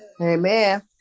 Amen